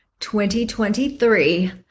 2023